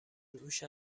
روش